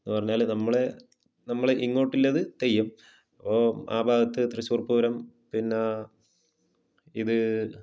എന്ന്പറഞ്ഞാൽ നമ്മളെ നമ്മളെ ഇങ്ങോട്ട്ല്ലത് തെയ്യം അപ്പോൾ ആ ഭാഗത്ത് തൃശൂർ പൂരം പിന്നെ ഇത്